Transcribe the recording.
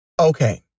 Okay